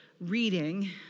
reading